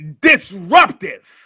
disruptive